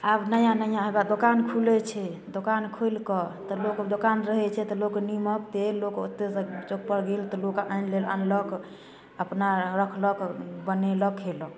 आब नया नया हय वा दोकान खुलैत छै दोकान खोलि कऽ तऽ लोक दोकान रहैत छै तऽ लोक निमक तेल लोक ओतैसँ लोक चौक पर गेल तऽ लोक आनि लेल अनलक अपना रखलक बनेलक खयलक